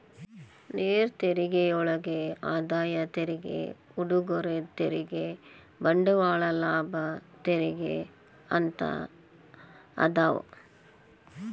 ನೇರ ತೆರಿಗೆಯೊಳಗ ಆದಾಯ ತೆರಿಗೆ ಉಡುಗೊರೆ ತೆರಿಗೆ ಬಂಡವಾಳ ಲಾಭ ತೆರಿಗೆ ಅಂತ ಅದಾವ